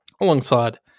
alongside